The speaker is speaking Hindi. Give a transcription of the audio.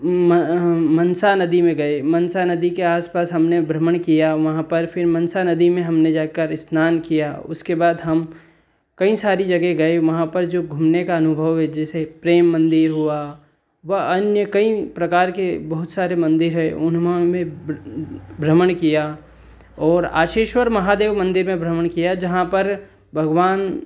म मनसा नदी में गए मनसा नदी के आसपास हमने भ्रमण किया वहाँ पर फ़िर मनसा नदी में हमने जाकर स्नान किया उसके बाद हम कई सारी जगह गए वहाँ पर जो घूमने का अनुभव है जैसे प्रेम मंदिर हुआ व अन्य कई प्रकार के बहुत सारे मंदिर हैं उनमें भ्रमण किया और आशीश्वर महादेव मंदिर में भ्रमण किया जहाँ पर भगवान